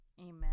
Amen